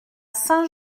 saint